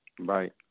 Right